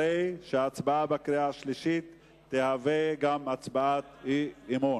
הרי שההצבעה בקריאה השלישית תהווה גם הצבעת אי-אמון.